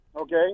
Okay